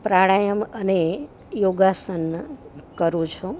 પ્રાણાયામ અને યોગાસન કરું છું